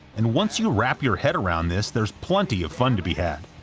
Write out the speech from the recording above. and once you wrap your head around this, there's plenty of fun to be had.